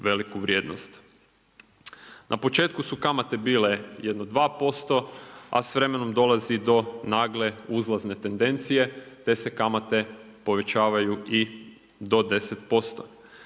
veliku vrijednost. Na početku su kamate bile jedno 2% a s vremenom dolazi do nagle uzlazne tendencije te se kamate povećavaju i do 10%.